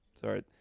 Sorry